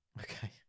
Okay